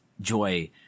joy